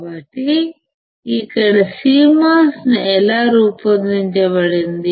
కాబట్టి ఇక్కడ CMOS ఎలా రూపొందించబడింది